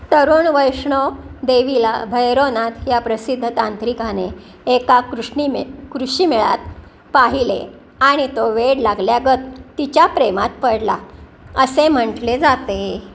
तरुण वैष्णो देवीला भैरवनाथ ह्या प्रसिद्ध तांत्रिकाने एका कृष्णीमे कृषीमेळ्यात पाहिले आणि तो वेड लागल्यागत तिच्या प्रेमात पडला असे म्हटले जाते